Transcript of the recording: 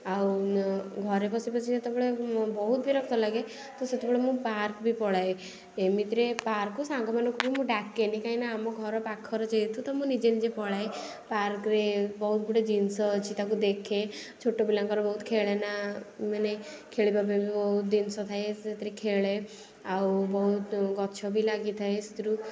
ଆଉ ଘରେ ବସିବସି ଯେତେବେଳେ ବହୁତ ବିରକ୍ତ ଲାଗେ ତ ସେତେବେଳେ ବି ମୁଁ ପାର୍କ ବି ପଳାଏ ଏମିତିରେ ପାର୍କକୁ ସାଙ୍ଗମାନଙ୍କୁ ମୁଁ ଡାକେନି କାହିଁକି ନା ଆମ ଘର ପାଖରେ ଯେହେତୁ ତ ମୁଁ ନିଜେ ନିଜେ ପଳାଏ ପାର୍କରେ ବହୁତଗୁଡ଼ିଏ ଜିନିଷ ଅଛି ତାକୁ ଦେଖେ ଛୋଟ ପିଲାଙ୍କର ବହୁତ ଖେଳେନା ମାନେ ଖେଳିବା ପାଇଁ ବି ବହୁତ ଜିନିଷ ଥାଏ ସେଥିରେ ଖେଳେ ଆଉ ବହୁତ ଗଛ ବି ଲାଗିଥାଏ ସେଥିରୁ